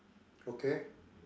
okay